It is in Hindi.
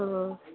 हाँ हाँ